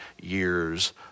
years